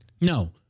No